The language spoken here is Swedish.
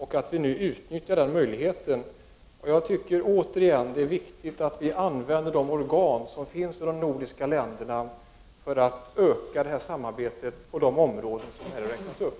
Vi bör nu utnyttja denna möjlighet, och det är viktigt att vi använder de organ som finns i de nordiska länderna för att utöka detta samarbete på de områden som här har tagits upp.